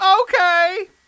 okay